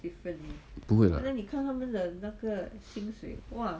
不会啦